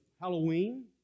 Halloween